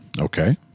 Okay